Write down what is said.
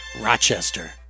Rochester